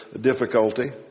difficulty